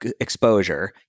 exposure